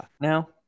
Now